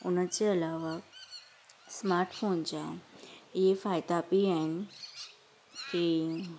उन जे अलावा स्माट फ़ोन जा इहे फ़ाइदा बि आहिनि की